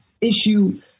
issue –